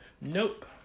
Nope